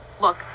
Look